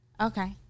Okay